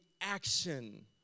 action